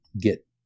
get